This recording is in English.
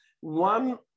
One